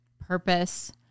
purpose